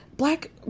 black